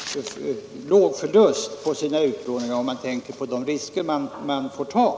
stora förluster på sina utlåningar, om man ser på de risker föreningarna tar.